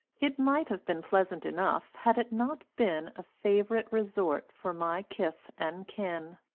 it might have been pleasant enough had it not been a favourite resort for my kith and kin.